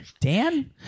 Dan